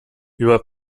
über